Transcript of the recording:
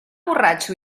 borratxo